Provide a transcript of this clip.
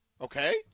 Okay